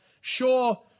sure